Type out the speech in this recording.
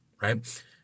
right